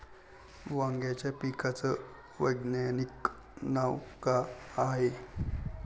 वांग्याच्या पिकाचं वैज्ञानिक नाव का हाये?